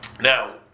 Now